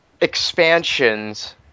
expansions